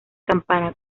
campana